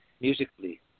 musically